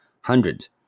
hundreds